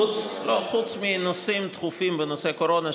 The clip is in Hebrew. חוץ מנושאים דחופים בנושא קורונה,